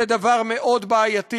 זה דבר מאוד בעייתי.